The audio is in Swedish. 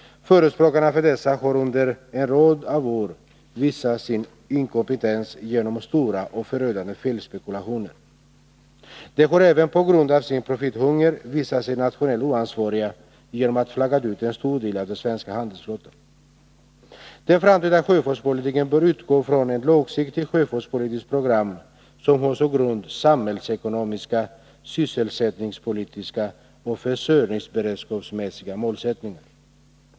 Förespråkarna för dessa har under en rad av år visat sin inkompetens genom stora och förödande felspekulationer. De har även på grund av sin profithunger visat sig nationellt oansvariga genom att flagga ut en stor del av den svenska handelsflottan. Den framtida sjöfartspolitiken bör utgå från ett långsiktigt sjöfartspolitiskt program som har som grund samhällsekonomiska, sysselsättningspolitiska och försörjningsberedskapsmässiga målsättningar.